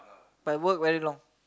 but work very long